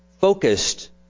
focused